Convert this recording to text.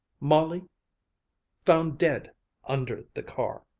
molly found dead under the car.